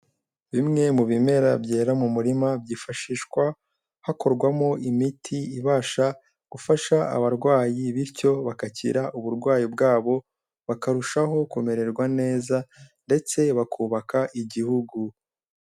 Bimwe mu bimera byera mu murima, byifashishwa hakorwamo imiti ibasha gufasha abarwayi, bityo bagakira uburwayi bwabo, bakarushaho kumererwa neza ndetse bakubaka igihugu.